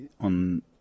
on